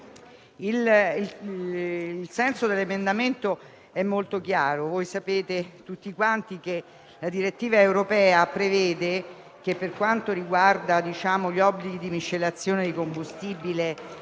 Il senso dell'emendamento 5.310 è molto chiaro. Sapete tutti che la direttiva europea prevede che, per quanto riguarda gli obblighi di miscelazione di combustibile